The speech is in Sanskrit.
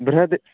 बृहद्